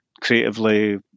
creatively